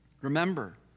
Remember